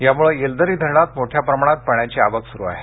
त्यामुळे येलदरी धरणात मोठ्या प्रमाणात पाण्याची आवक सुरू आहे